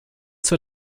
zur